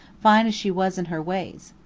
fine as she was in her ways.